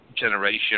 generation